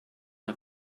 her